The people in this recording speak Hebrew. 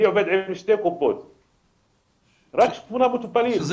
אני